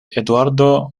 eduardo